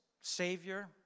savior